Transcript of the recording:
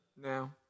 Now